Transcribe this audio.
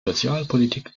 sozialpolitik